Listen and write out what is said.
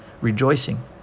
rejoicing